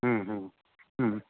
ह्म्म ह्म्म ह्म्म